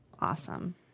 awesome